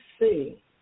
see